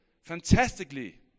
fantastically